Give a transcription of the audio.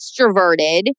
extroverted